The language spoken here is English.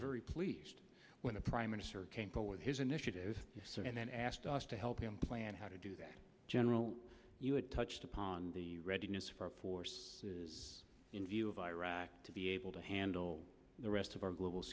very pleased when the prime minister came forward his initiative and then asked us to help him plan how to do that general you had touched upon the readiness for forces in view of iraq to be able to handle the rest of our global